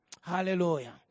hallelujah